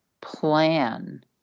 plan